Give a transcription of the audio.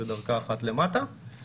זה דרגה אחת למטה.